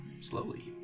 slowly